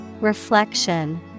Reflection